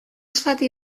zati